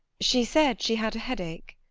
she said she had a headache.